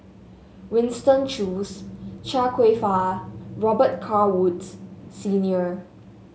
Winston Choos Chia Kwek Fah Robet Carr Woods Senior